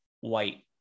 white